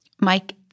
Mike